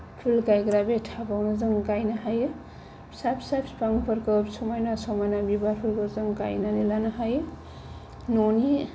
फुल गायग्रा बे थाबावनो जों गायनो हायो फिसा फिसा बिफांफोरखौ समायना समायना बिबारफोरखौ जों गायनानै लानो हायो न'नि